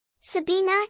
Sabina